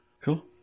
Cool